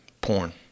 Porn